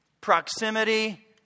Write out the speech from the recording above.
...proximity